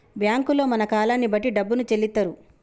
బ్యాంకుల్లో మన కాలాన్ని బట్టి డబ్బును చెల్లిత్తరు